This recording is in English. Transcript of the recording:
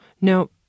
Now